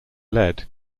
lead